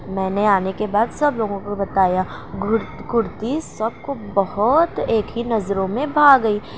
میں نے آنے کے بعد سب لوگوں کو بتایا کرتی سب کو بہت ایک ہی نظروں میں بھا گئی